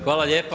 Hvala lijepa.